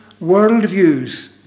worldviews